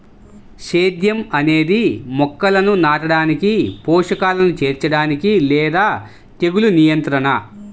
సేద్యం అనేది మొక్కలను నాటడానికి, పోషకాలను చేర్చడానికి లేదా తెగులు నియంత్రణ